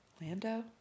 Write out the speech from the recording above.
Lando